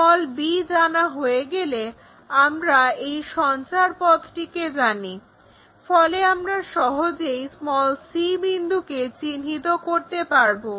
b জানা হয়ে গেলে আমরা এই সঞ্চারপথটিকে জানি ফলে আমরা সহজেই c বিন্দুকে চিহ্নিত করতে পারব